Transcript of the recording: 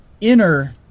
Inner